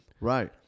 Right